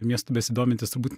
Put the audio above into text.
miestu besidomintys turbūt